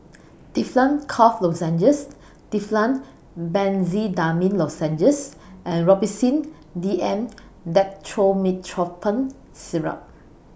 Difflam Cough Lozenges Difflam Benzydamine Lozenges and Robitussin D M Dextromethorphan Syrup